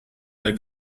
der